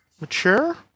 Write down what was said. Mature